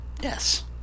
Yes